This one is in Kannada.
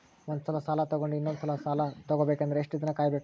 ಒಂದ್ಸಲ ಸಾಲ ತಗೊಂಡು ಇನ್ನೊಂದ್ ಸಲ ಸಾಲ ತಗೊಬೇಕಂದ್ರೆ ಎಷ್ಟ್ ದಿನ ಕಾಯ್ಬೇಕ್ರಿ?